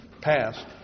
passed